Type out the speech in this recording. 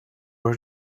were